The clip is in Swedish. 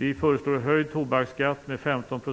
Vi föreslår en höjning av tobaksskatten med 15 %